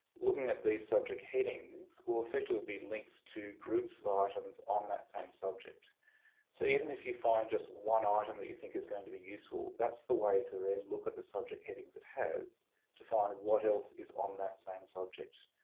looking at these subject headings will effectively be links to groups of items on that same subject so even if you find just one item that you think is going to be useful that's the way to then look at the subject headings, it has to find what else is on that same subject.